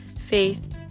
faith